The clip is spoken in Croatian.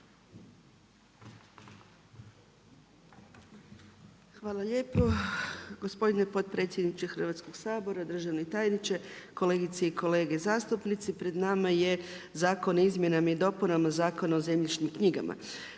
Hvala lijepo. Gospodine potpredsjedniče Hrvatskog sabora, državni tajniče, kolegice i kolege zastupnici. Pred nama je Zakon o izmjenama i dopunama Zakona o zemljišnim knjigama.